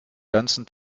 ganzen